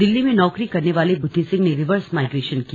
दिल्ली में नौकरी करने वाले बुद्धि सिंह ने रिवर्स माइग्रेशन किया